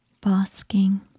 Basking